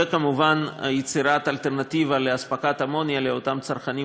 וכמובן יצירת אלטרנטיבה לאספקת אמוניה לאותם צרכנים